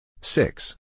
six